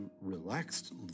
relaxed